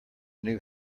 new